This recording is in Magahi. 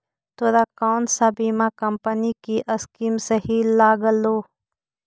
तोरा कौन सा बीमा कंपनी की स्कीम सही लागलो